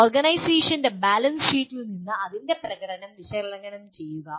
ഒരു ഓർഗനൈസേഷന്റെ ബാലൻസ് ഷീറ്റിൽ നിന്ന് അതിന്റെ പ്രകടനം വിശകലനം ചെയ്യുക